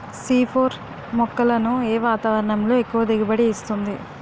C four మొక్కలను ఏ వాతావరణంలో ఎక్కువ దిగుబడి ఇస్తుంది?